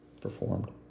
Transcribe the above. performed